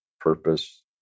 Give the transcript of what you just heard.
purpose